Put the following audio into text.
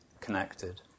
connected